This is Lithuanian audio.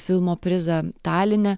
filmo prizą taline